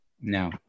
No